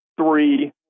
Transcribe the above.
three